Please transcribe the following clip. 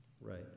Right